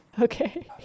Okay